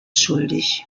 schuldig